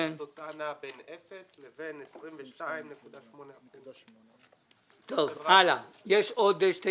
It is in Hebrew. התוצאה נעה בין אפס לבין 22.8%. יש עוד שני